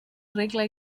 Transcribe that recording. regle